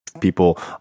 people